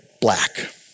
black